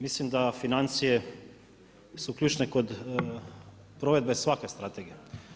Mislim da financije su ključne kod provedbe svake strategije.